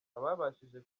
ababashije